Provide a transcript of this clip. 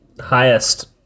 highest